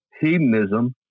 Hedonism